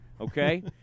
Okay